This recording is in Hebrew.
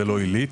ולא עילית.